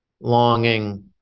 longing